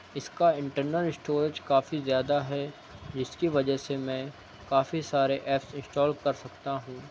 اس کا internal storage کافی زیادہ ہے جس کی وجہ سے میں کافی سارے ایپس انسٹال کر سکتا ہوں